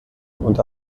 und